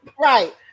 right